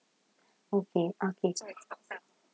okay okay